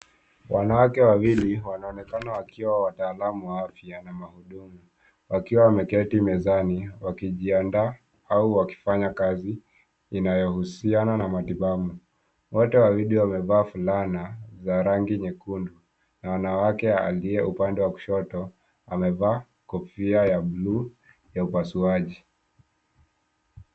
Wanawake wawili wanaonekana wakiwa wataalamu wa afya na wa huduma, wakiwa wameketi mezani wakijiandaa au wakifanya kazi inayohusiana na matibabu. Wote wawili wamevaa fulana za rangi nyekundu na wanawake aliye upande wa kushoto wamevaa kofia ya buluu ya upasuaji.